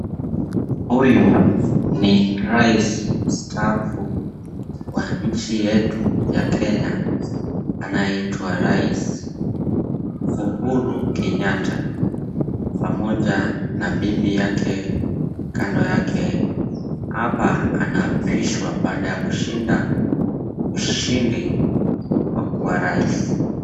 Huyu ni rais mstaafu wa nchi yetu ya Kenya anayeitwa rais Uhuru Kenyatta pamoja na bibi yake kando yake. hapa anaapishwa baada ya kushinda ushindi wa kuwa rais.